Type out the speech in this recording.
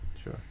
sure